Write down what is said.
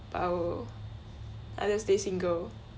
but I will I'll just stay single